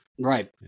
Right